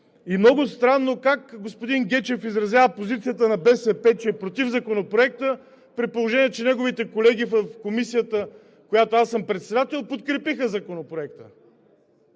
И много странно как господин Гечев изразява позицията на БСП, че е против Законопроекта, при положение че неговите колеги в Комисията, на която аз съм председател, подкрепиха Законопроекта?!